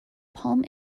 palm